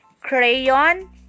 crayon